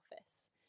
office